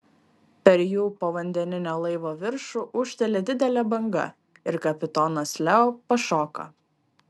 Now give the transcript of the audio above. per jų povandeninio laivo viršų ūžteli didelė banga ir kapitonas leo pašoka